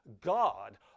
God